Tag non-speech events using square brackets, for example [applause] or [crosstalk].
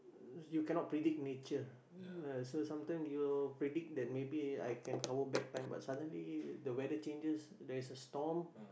you cannot predict nature [noise] so sometime you'll predict that maybe I can cover back time but suddenly the weather changes there is a storm